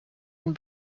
and